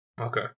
okay